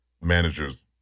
managers